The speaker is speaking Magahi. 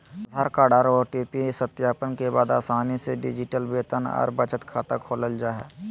आधार कार्ड आर ओ.टी.पी सत्यापन के बाद आसानी से डिजिटल वेतन आर बचत खाता खोलल जा हय